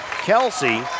Kelsey